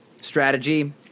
strategy